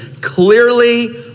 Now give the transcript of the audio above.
Clearly